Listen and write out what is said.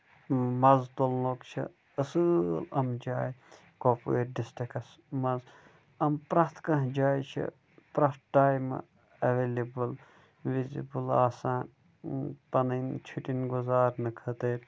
مَزٕ تُلُنُک چھُ اَصٕل یِم جایہِ کۄپوٲرۍ ڈِسٹرکَس منٛز یِم پرٛتھ کانٛہہ جایہِ چھِ پرٛتھ ٹایمہٕ ایویلیبٕل وِزِبٔل آسان پَنٕنۍ چھُٹۍ گُزارنہٕ خٲطٕر